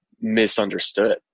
misunderstood